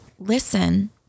Listen